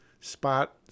spot